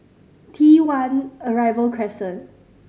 T One Arrival Crescent